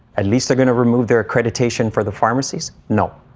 at least they're going to remove their accreditation for the pharmacies? no.